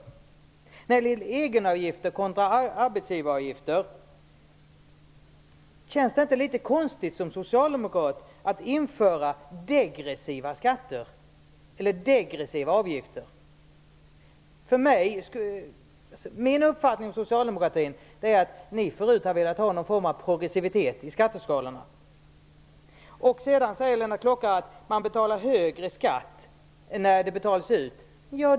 När det gäller egenavgifter kontra arbetsgivaravgifter: Känns det inte litet konstigt som socialdemokrat att införa degressiva skatter eller degressiva avgifter? Min uppfattning om socialdemokraterna är att ni förut har velat ha någon form av progressivitet i skatteskalorna. Sedan säger Lennart Klockare att man betalar högre skatt när pensionen betalas ut.